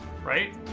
right